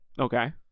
Okay